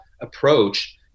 approach